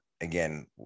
again